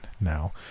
now